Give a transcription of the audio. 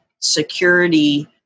security